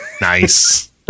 Nice